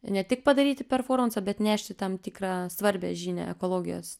ne tik padaryti performansą bet nešti tam tikrą svarbią žinią ekologijos